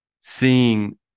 seeing